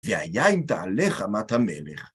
‫והיה אם תעלה חמת המלך.